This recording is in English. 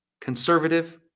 conservative